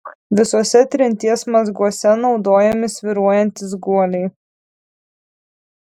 visuose trinties mazguose naudojami svyruojantys guoliai